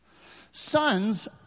Sons